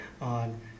on